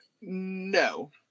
No